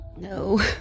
No